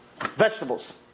vegetables